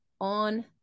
on